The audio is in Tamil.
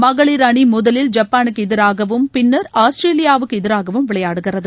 மகளிர் அணி முதலில் ஜப்பானுக்கு எதிராகவும் பின்னர் ஆஸ்திரேலியாவுக்கு எதிராகவும் விளையாடுகிறது